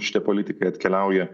šitie politikai atkeliauja